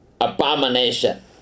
abomination